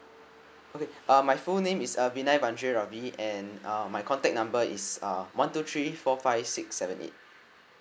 okay uh my full name is uh R A V I and uh my contact number is uh one two three four five six seven eight